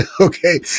Okay